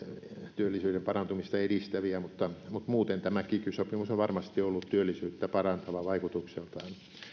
työllisyyden parantumista edistäviä että muuten tämä kiky sopimus on varmasti ollut työllisyyttä parantava vaikutukseltaan